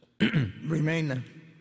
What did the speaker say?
Remain